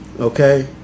Okay